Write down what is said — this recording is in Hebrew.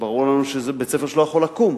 שברור לנו שזה בית-ספר שלא יכול לקום.